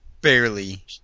barely